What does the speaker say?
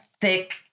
thick